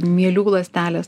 mielių ląstelės